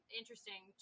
interesting